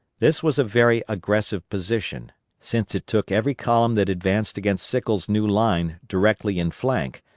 this was a very aggressive position, since it took every column that advanced against sickles' new line directly in flank,